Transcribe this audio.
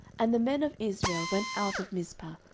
and the men of israel went out of mizpeh,